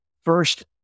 first